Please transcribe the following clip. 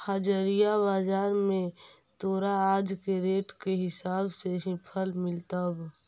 हाजिर बाजार में तोरा आज के रेट के हिसाब से ही फल मिलतवऽ